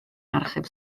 archeb